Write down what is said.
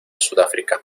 sudáfrica